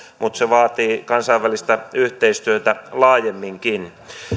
mutta se vaatii kansainvälistä yhteistyötä laajemminkin